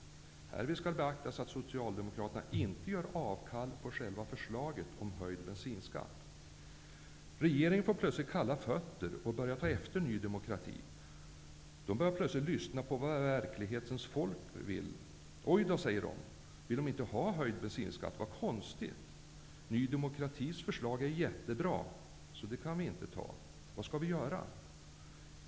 Härvid skall beaktas att Socialdemokraterna inte vill göra avkall på själva förslaget om höjd bensinskatt. Regeringen fick plötsligt kalla fötter och började ta efter Ny demokrati. Den började lyssna på vad verklighetens folk vill. Ojdå, sade regeringen, vill inte folk ha höjd bensinskatt? Vad konstigt! Ny demokratis förslag är ju jättebra, så det kan vi inte anta. Vad skall vi göra?